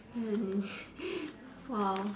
!wow!